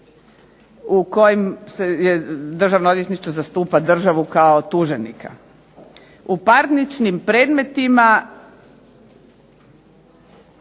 u kojim Državno odvjetništvo zastupa državu kao tuženika. U parničnim predmetima